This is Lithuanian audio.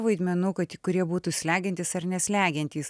vaidmenų kad kurie būtų slegiantys ar neslegiantys